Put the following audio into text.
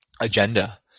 agenda